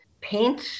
paint